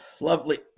Lovely